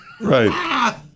Right